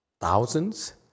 Thousands